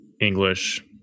English